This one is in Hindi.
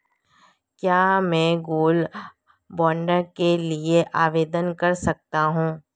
क्या मैं गोल्ड बॉन्ड के लिए आवेदन कर सकता हूं?